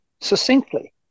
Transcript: succinctly